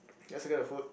let's look at the food